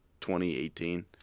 2018